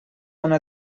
una